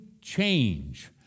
change